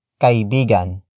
kaibigan